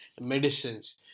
medicines